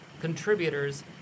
contributors